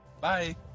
bye